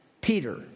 Peter